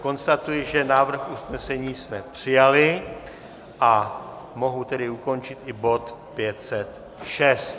Konstatuji, že návrh usnesení jsme přijali, a mohu tedy ukončit i bod 506.